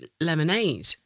lemonade